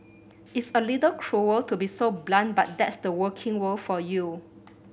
it's a little cruel to be so blunt but that's the working world for you